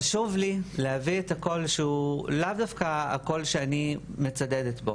חשוב לי להביא את הקול שהוא לאו דווקא הקול שאני מצדדת בו,